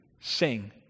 sing